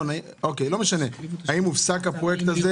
אנחנו רוצים לדעת אם הופסק הפרויקט הזה